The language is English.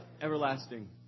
everlasting